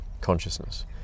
consciousness